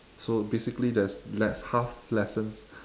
so basically there's le~ half lessons